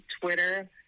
Twitter